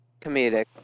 comedic